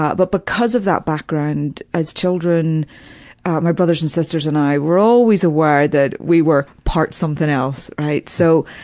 ah but because of that background, as children my brothers and sisters and i were always aware that we were part something else, right? so,